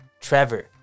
Trevor